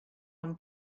one